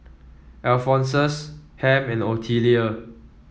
Alphonsus Ham and Otelia